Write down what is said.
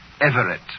Everett